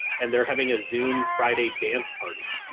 and they're having a zoom friday dance party.